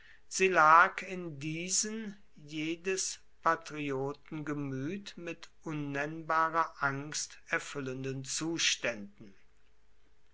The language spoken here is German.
sie lag in diesen jedes patrioten gemüt mit unnennbarer angst erfüllenden zuständen